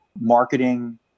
marketing